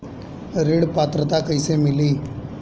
ऋण पात्रता कइसे मिली?